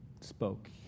spoke